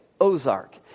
Ozark